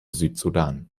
südsudan